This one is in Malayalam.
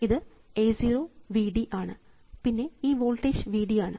ഇത് A 0 V d ആണ് പിന്നെ ഈ വോൾട്ടേജ് V d ആണ്